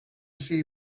see